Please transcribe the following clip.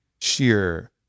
sheer